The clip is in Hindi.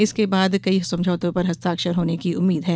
इसके बाद कई समझौतों पर हस्ताक्षर होने की उम्मीद है